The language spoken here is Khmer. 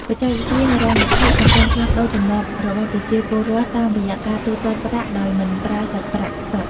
បច្ចេកវិទ្យាហិរញ្ញវត្ថុកំពុងផ្លាស់ប្តូរទម្លាប់របស់ប្រជាពលរដ្ឋ តាមរយៈការទូទាត់ប្រាក់ដោយមិនប្រើសាច់ប្រាក់សុទ្ធ។